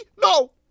No